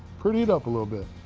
pretty it up a little bit.